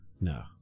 No